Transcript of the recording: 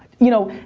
you know,